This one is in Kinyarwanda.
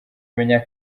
menya